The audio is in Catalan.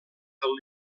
del